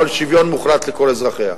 אבל שוויון מוחלט לכל אזרחיה.